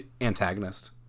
antagonist